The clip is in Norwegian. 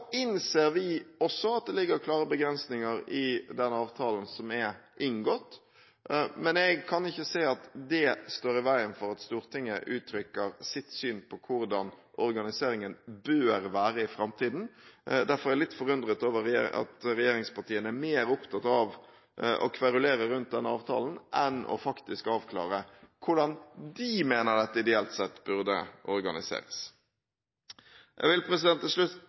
avtalen som er inngått, men jeg kan ikke se at det står i veien for at Stortinget uttrykker sitt syn på hvordan organiseringen bør være i framtiden. Derfor er jeg litt forundret over at regjeringspartiene er mer opptatt av å kverulere rundt den avtalen enn faktisk å avklare hvordan de mener dette ideelt sett burde organiseres. Jeg vil til slutt